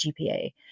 GPA